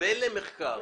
ולמחקר.